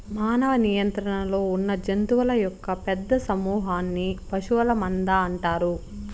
మానవ నియంత్రణలో ఉన్నజంతువుల యొక్క పెద్ద సమూహన్ని పశువుల మంద అంటారు